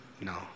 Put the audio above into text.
no